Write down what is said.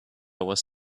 was